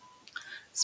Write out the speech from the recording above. .